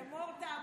אמור תעמולה.